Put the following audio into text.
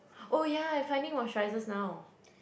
oh ya I finding moisturisers now